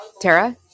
Tara